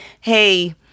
hey